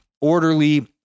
orderly